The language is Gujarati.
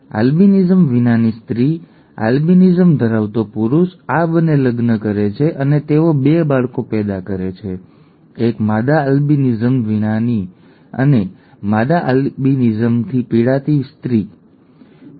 આલ્બિનિઝમ વિનાની સ્ત્રી આલ્બિનિઝમ ધરાવતો પુરુષ આ બંને લગ્ન કરે છે અને તેઓ 2 બાળકો પેદા કરે છે એક માદા આલ્બિનિઝમ વિનાની અને માદા આલ્બિનિઝમથી પીડાતી સ્ત્રી ઠીક છે